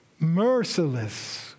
Merciless